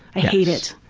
i hate it.